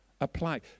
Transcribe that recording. apply